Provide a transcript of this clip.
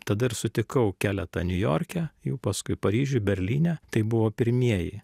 tada ir sutikau keletą niujorke jau paskui paryžiuj berlyne tai buvo pirmieji